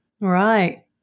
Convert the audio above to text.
Right